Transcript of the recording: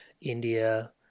India